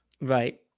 Right